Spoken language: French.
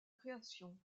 création